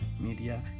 media